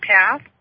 path